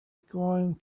going